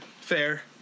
Fair